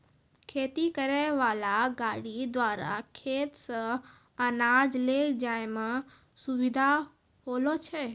खेती करै वाला गाड़ी द्वारा खेत से अनाज ले जाय मे सुबिधा होलो छै